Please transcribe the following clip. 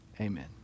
Amen